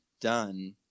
done